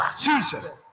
Jesus